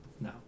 no